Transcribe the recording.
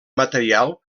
material